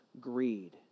greed